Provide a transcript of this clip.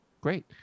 Great